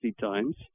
times